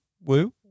Woo